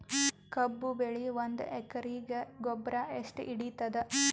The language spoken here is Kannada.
ಕಬ್ಬು ಬೆಳಿ ಒಂದ್ ಎಕರಿಗಿ ಗೊಬ್ಬರ ಎಷ್ಟು ಹಿಡೀತದ?